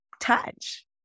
touch